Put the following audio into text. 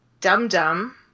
dum-dum